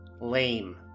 Lame